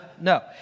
No